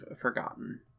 forgotten